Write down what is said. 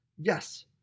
yes